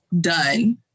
Done